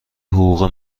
حقوق